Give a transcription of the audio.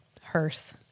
hearse